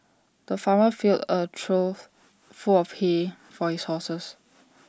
the farmer filled A trough full of hay for his horses